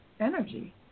Energy